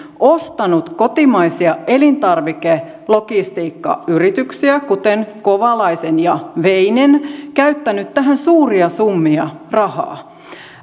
ostanut kotimaisia elintarvikelogistiikkayrityksiä kuten kovalaisen ja veinen käyttänyt tähän suuria summia rahaa